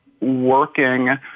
working